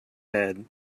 head